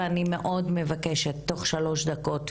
גברתי.